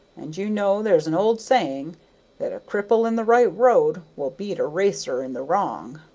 and you know there's an old sayin' that a cripple in the right road will beat a racer in the wrong.